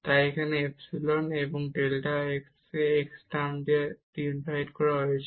তাই এখানে ইপসিলন এবং একটি ডেল্টা x কে এই টার্ম দ্বারা ভাগ করা হয়েছে